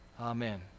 Amen